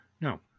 No